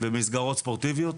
במסגרות ספורטיביות,